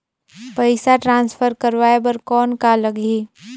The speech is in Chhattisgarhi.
पइसा ट्रांसफर करवाय बर कौन का लगही?